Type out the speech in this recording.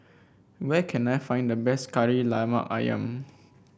where can I find the best Kari Lemak ayam